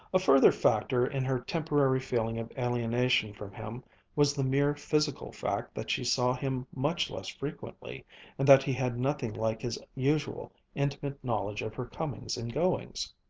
a further factor in her temporary feeling of alienation from him was the mere physical fact that she saw him much less frequently and that he had nothing like his usual intimate knowledge of her comings and goings.